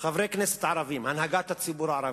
חברי כנסת ערבים, הנהגת הציבור הערבי,